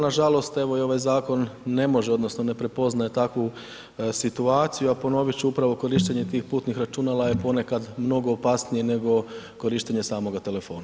Nažalost evo i ovaj zakon ne može odnosno ne prepoznaje takvu situaciju a ponoviti ću upravo korištenje tih putnih računala je ponekad mnogo opasnije nego korištenje samoga telefona.